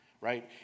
right